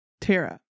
Tara